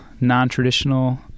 non-traditional